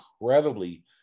incredibly